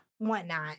whatnot